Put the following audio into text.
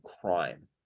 crime